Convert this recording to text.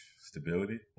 Stability